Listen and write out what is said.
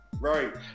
right